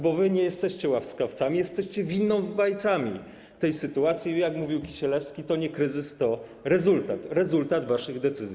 Bo wy nie jesteście łaskawcami, jesteście winowajcami tej sytuacji, jak mówił Kisielewski: to nie kryzys, to rezultat, rezultat waszych decyzji.